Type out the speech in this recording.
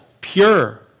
pure